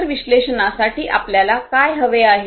तर विश्लेषणासाठी आपल्याला काय हवे आहे